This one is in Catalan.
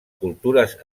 cultures